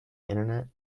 internet